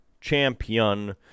champion